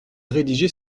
rédiger